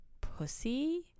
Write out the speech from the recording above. pussy